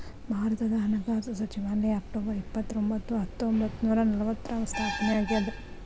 ಭಾರತದ ಹಣಕಾಸು ಸಚಿವಾಲಯ ಅಕ್ಟೊಬರ್ ಇಪ್ಪತ್ತರೊಂಬತ್ತು ಹತ್ತೊಂಬತ್ತ ನೂರ ನಲವತ್ತಾರ್ರಾಗ ಸ್ಥಾಪನೆ ಆಗ್ಯಾದ